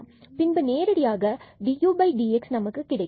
பின்பு நேரடியாக dudx நமக்கு கிடைக்கும்